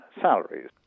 salaries